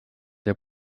der